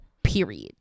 period